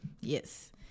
Yes